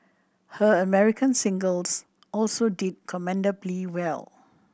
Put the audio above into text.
her American singles also did commendably well